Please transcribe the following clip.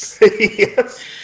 Yes